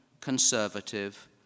conservative